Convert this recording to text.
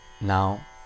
now